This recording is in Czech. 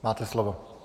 Máte slovo.